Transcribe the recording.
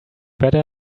better